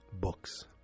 books